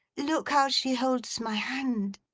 look how she holds my hand